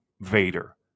Vader